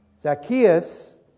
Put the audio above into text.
Zacchaeus